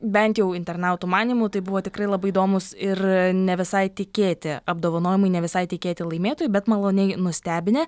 bent jau internautų manymu tai buvo tikrai labai įdomūs ir ne visai tikėti apdovanojimai ne visai tikėti laimėtojai bet maloniai nustebinę